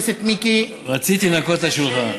רציתי לנקות את השולחן.